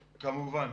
כמובן.